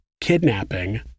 kidnapping